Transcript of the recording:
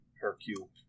Hercule